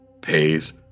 pays